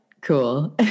Cool